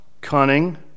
Cunning